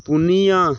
ᱯᱩᱱᱤᱭᱟ